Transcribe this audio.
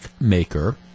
maker